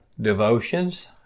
devotions